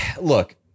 look